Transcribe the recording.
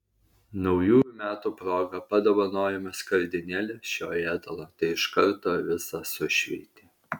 naujųjų metų proga padovanojome skardinėlę šio ėdalo tai iš karto visą sušveitė